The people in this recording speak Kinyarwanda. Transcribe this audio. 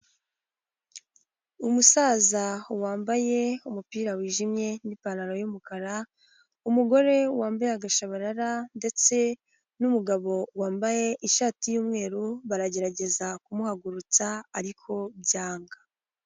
Umusaza wambaye umupira wijimye n'ipantaro y'umukara, umugore wambaye agashabarara ndetse n'umugabo wambaye ishati y'umweru, baragerageza kumuhagurutsa ariko byanga.